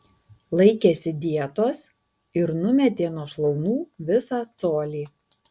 laikėsi dietos ir numetė nuo šlaunų visą colį